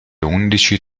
undici